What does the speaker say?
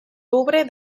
louvre